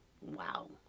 Wow